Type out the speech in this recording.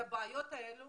ובבעיות האלה